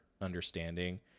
understanding